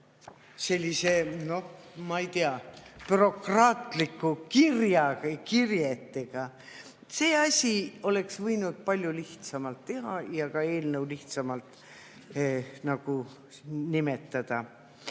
selliste, ma ei tea, bürokraatlike kirjetega. Seda asja oleks võinud palju lihtsamalt teha ja ka eelnõu lihtsamalt nimetada. Nii,